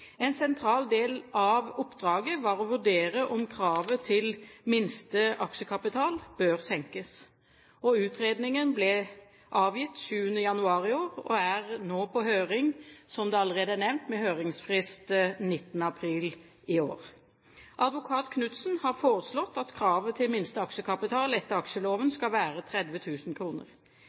En sentral del av oppdraget var å vurdere om kravet til minste aksjekapital bør senkes. Utredningen ble avgitt 7. januar i år og er nå på høring, som allerede nevnt, med høringsfrist 19. april i år. Advokat Knudsen har foreslått at kravet til minste aksjekapital etter aksjeloven skal være